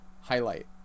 highlight